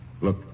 Look